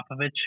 popovich